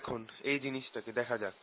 এখন এই জিনিসটাকে দেখা যাক